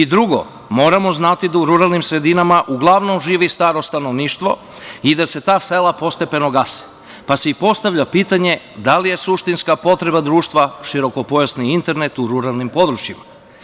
Drugo, moramo znati da u ruralnim sredinama uglavnom živi staro stanovništvo i da se ta sela postepeno gase, pa se i postavlja pitanje – da li je suštinska potreba društva širokopojasni internet u ruralnim područjima?